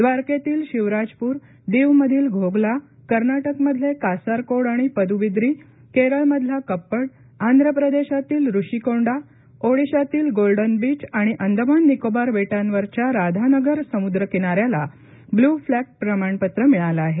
द्वारकेतील शिवराजपूर दीवमधील घोघला कर्नाटकमधले कासारकोड आणि पदुबिद्री केरळमधला कप्पड आंध्र प्रदेशातील रुषीकोंडा ओडिशातील गोल्डन बीच आणि अंदमान निकोबार बेटांवरच्या राधानगर समुद्र किनाऱ्याला ब्लू फ्लॅग प्रमाणपत्र मिळालं आहे